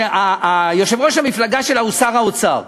שיושב-ראש המפלגה שלה הוא שר האוצר,